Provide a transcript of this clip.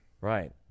right